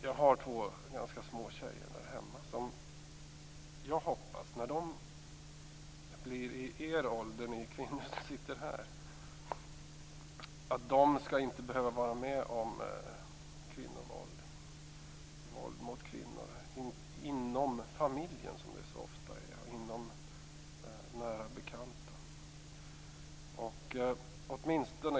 Jag har två ganska små tjejer där hemma. Jag hoppas att de, när de blir i samma ålder som ni kvinnor som sitter här, inte skall behöva vara med om våld mot kvinnor inom familjen, som det så ofta är, eller i den nära bekantskapskretsen.